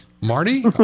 Marty